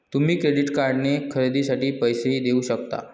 तुम्ही क्रेडिट कार्डने खरेदीसाठी पैसेही देऊ शकता